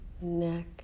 neck